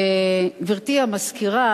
גברתי המזכירה,